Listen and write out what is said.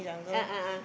uh a'ah